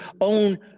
own